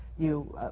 you,